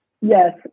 Yes